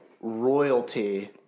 royalty